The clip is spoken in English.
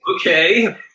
Okay